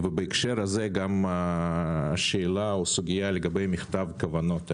בהקשר הזה גם הסוגיה לגבי מכתב כוונות.